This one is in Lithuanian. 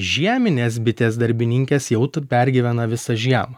žieminės bitės darbininkės jau pergyvena visą žiemą